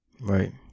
right